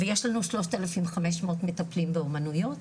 ויש לנו 3,500 מטפלים באומנויות,